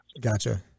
Gotcha